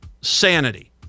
sanity